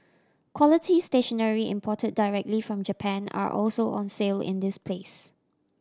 quality stationery imported directly from Japan are also on sale in this place